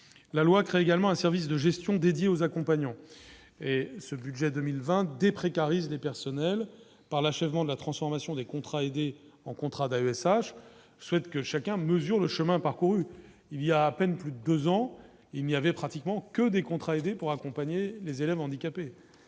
la loi crée également un service de gestion dédiée aux accompagnants et ce budget 2020 des. Précarise les personnels par l'achèvement de la transformation des contrats aidés. En contrats d'AESH souhaite que chacun mesure le chemin parcouru, il y a à peine plus de 2 ans, il n'y avait pratiquement que des contrats aidés pour accompagner les élèves handicapés